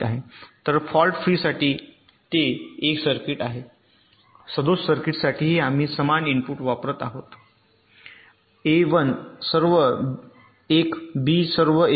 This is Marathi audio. तर फॉल्ट फ्रीसाठी ते 1 सर्किट आहे सदोष सर्किट्ससाठीही आम्ही समान इनपुट वापरत आहोत अ 1 आहे सर्व 1 बी सर्व 1 आहे